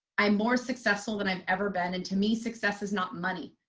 i'm more successful than i've ever been. and to me success is not money.